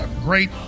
great